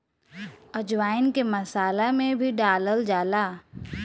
अजवाईन के मसाला में भी डालल जाला